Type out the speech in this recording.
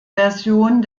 version